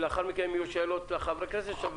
ולאחר מכן אם יהיו שאלות לחברי הכנסת, תשיב.